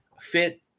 fit